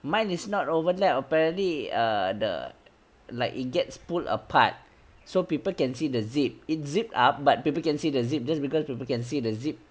mine is not overlap apparently err the like it gets pulled apart so people can see the zip it zipped up but people can see the zip just because people can see the zip